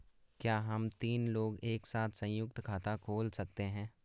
क्या हम तीन लोग एक साथ सयुंक्त खाता खोल सकते हैं?